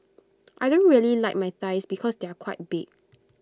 I don't really like my thighs because they are quite big